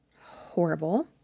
horrible